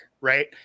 right